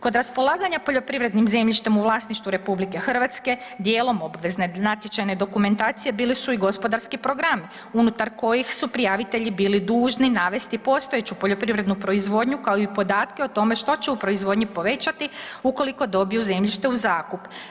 Kod raspolaganja poljoprivrednim zemljištem u vlasništvu RH dijelom obvezne natječajne dokumentacije bili su i gospodarski programi unutar kojih su prijavitelji bili dužni navesti postojeću poljoprivrednu proizvodnju kao i podatke o tome što će u proizvodnji povećati ukoliko dobiju zemljište u zakup.